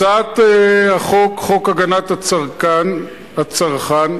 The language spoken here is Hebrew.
הצעת חוק הגנת הצרכן,